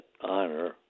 honor